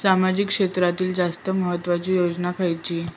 सामाजिक क्षेत्रांतील जास्त महत्त्वाची योजना खयची?